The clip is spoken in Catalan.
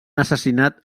assassinat